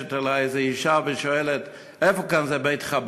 וניגשת אלי איזו אישה ושואלת: איפה כאן זה בית-חב"ד?